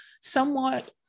somewhat